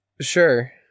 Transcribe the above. sure